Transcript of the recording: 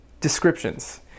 descriptions